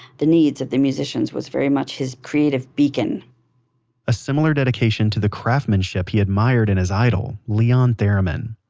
the needs of the musicians was very much his creative beacon a similar dedication to the craftsmanship he admired in his idol, leon theremin.